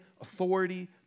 authority